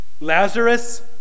Lazarus